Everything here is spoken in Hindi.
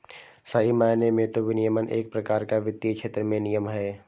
सही मायने में तो विनियमन एक प्रकार का वित्तीय क्षेत्र में नियम है